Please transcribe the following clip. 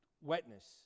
wetness